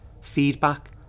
Feedback